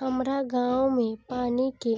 हमरा गॉव मे पानी के